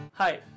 Hi